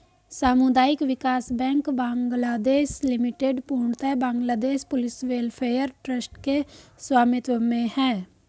सामुदायिक विकास bank Bangladesh limited पूर्णतः बांग्लादेश पुलिस वेलफेयर ट्रस्ट के स्वामित्व में है